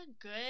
good